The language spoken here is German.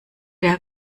der